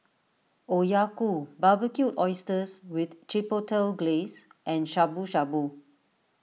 Okayu Barbecued Oysters with Chipotle Glaze and Shabu Shabu